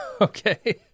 Okay